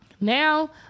now